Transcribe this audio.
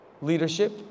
leadership